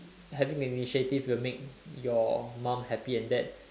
having initiative will make your mum happy and that